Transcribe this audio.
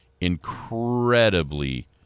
incredibly